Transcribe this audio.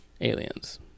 Aliens